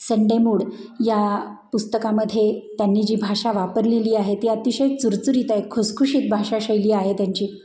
Sunday mood या पुस्तकामध्ये त्यांनी जी भाषा वापरलेली आहे ती अतिशय चुरचुरीत आहे खुसखुशीत भाषाशैली आहे त्यांची